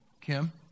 Kim